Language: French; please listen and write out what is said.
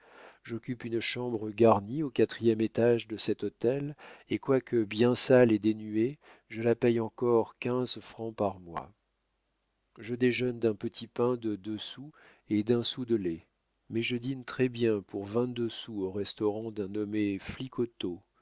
j'occupe une chambre garnie au quatrième étage de cet hôtel et quoique bien sale et dénuée je la paye encore quinze francs par mois je déjeune d'un petit pain de deux sous et d'un sou de lait mais je dîne très-bien pour vingt-deux sous au restaurat d'un nommé